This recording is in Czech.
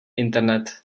internet